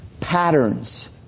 patterns